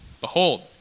Behold